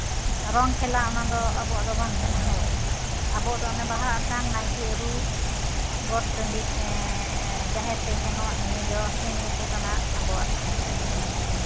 ᱨᱚᱝ ᱠᱷᱮᱞᱟ ᱚᱱᱟᱫᱚ ᱟᱵᱚᱣᱟᱜ ᱫᱚ ᱵᱟᱝ ᱠᱟᱱᱟ ᱦᱳᱭ ᱟᱵᱚ ᱫᱚ ᱵᱟᱦᱟ ᱟᱛᱟᱝ ᱱᱟᱭᱠᱮ ᱟᱹᱨᱩᱵ ᱜᱚᱴ ᱴᱟᱺᱰᱤ ᱡᱟᱦᱮᱨ ᱛᱮ ᱥᱮᱱᱚᱜ ᱮᱱᱮᱡᱚᱜ ᱦᱮᱸᱜ ᱮ ᱱᱤᱭᱟᱹ ᱠᱚ ᱠᱟᱱᱟ ᱟᱵᱚᱣᱟᱜ ᱠᱟᱞᱪᱟᱨ ᱫᱚ